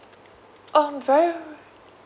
um very